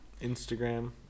Instagram